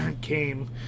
came